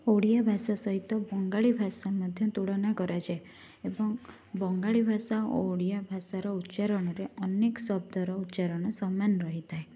ଓଡ଼ିଆ ଭାଷା ସହିତ ବଙ୍ଗାଳୀ ଭାଷା ମଧ୍ୟ ତୁଳନା କରାଯାଏ ଏବଂ ବଙ୍ଗାଳୀ ଭାଷା ଓ ଓଡ଼ିଆ ଭାଷାର ଉଚ୍ଚାରଣରେ ଅନେକ ଶବ୍ଦର ଉଚ୍ଚାରଣ ସାମାନ ରହିଥାଏ